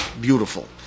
beautiful